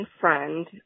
friend